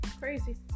Crazy